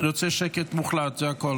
אני רוצה שקט מוחלט, זה הכול.